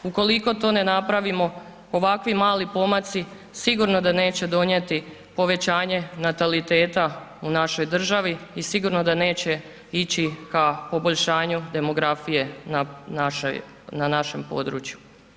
Ukoliko to ne napravimo, ovakvi mali pomaci sigurno da neće donijeti povećanje nataliteta u našoj državi i sigurno da neće ići ka poboljšanju demografiju na našem području.